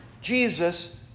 Jesus